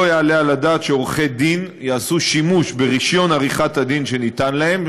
לא יעלה על הדעת שעורכי-דין יעשו שימוש ברישיון עריכת-הדין שניתן להם,